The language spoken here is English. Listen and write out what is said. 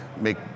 make